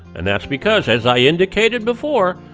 and that's because as i indicated before,